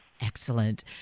Excellent